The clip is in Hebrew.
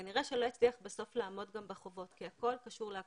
כנראה שלא יצליח בסוף לעמוד גם בחובות כי הכול קשור להכול,